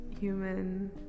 human